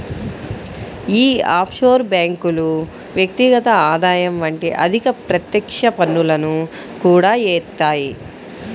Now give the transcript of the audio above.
యీ ఆఫ్షోర్ బ్యేంకులు వ్యక్తిగత ఆదాయం వంటి అధిక ప్రత్యక్ష పన్నులను కూడా యేత్తాయి